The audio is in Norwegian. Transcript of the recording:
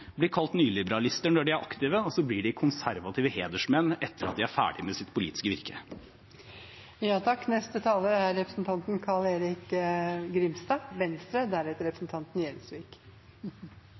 blir kalt nyliberalister når de er aktive, og så blir de konservative hedersmenn etter at de er ferdige med sitt politiske